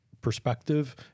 perspective